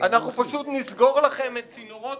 אנחנו פשוט נסגור לכם את צינורות